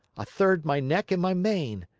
a third my neck and my mane.